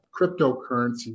cryptocurrency